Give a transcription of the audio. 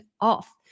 off